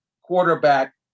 quarterback